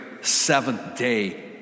seventh-day